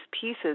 pieces